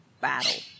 battle